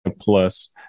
plus